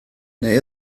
neu